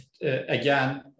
again